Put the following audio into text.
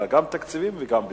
אלא גם תקציבים וגם ביצוע.